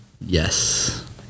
Yes